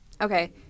Okay